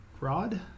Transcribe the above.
Rod